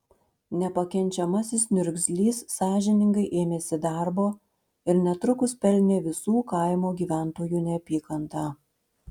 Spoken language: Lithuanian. nepakenčiamasis niurgzlys sąžiningai ėmėsi darbo ir netrukus pelnė visų kaimo gyventojų neapykantą